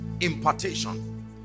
impartation